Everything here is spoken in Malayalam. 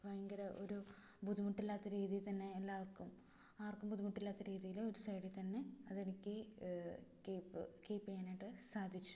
ഭയങ്കര ഒരു ബുദ്ധിമുട്ടില്ലാത്ത രീതിയിൽ തന്നെ എല്ലാവർക്കും ആർക്കും ബുദ്ധിമുട്ടില്ലാത്ത രീതിയിൽ ഒരു സൈഡിൽ തന്നെ അതെനിക്ക് കീപ്പ് ചെയ്യാനായിട്ട് സാധിച്ചു